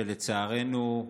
שלצערנו